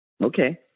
Okay